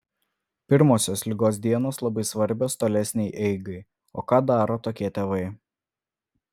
pirmosios ligos dienos labai svarbios tolesnei eigai o ką daro tokie tėvai